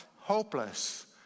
hopeless